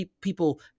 People